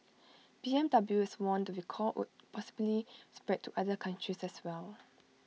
B M W has warned the recall would possibly spread to other countries as well